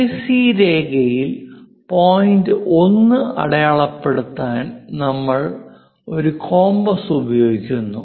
AC രേഖയിൽ point 1 അടയാളപ്പെടുത്താൻ നമ്മൾ ഒരു കോമ്പസ് ഉപയോഗിക്കുന്നു